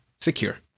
secure